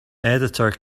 editor